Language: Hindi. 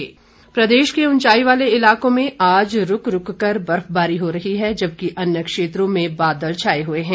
मौसम प्रदेश के उंचाई वाले इलाकों में आज रूक रूक कर बर्फबारी हो रही है जबकि अन्य क्षेत्रों में बादल छाए हुए हैं